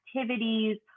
activities